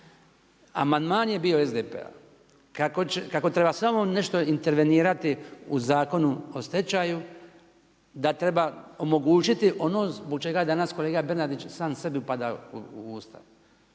Amandman je bio SDP-a kako treba samo nešto intervenirati u Zakonu o stečaju, da treba omogućiti ono zbog čega je danas kolega BEernardić sam sebi upadao u usta.